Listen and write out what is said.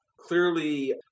clearly